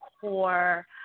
core